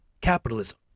capitalism